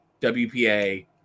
WPA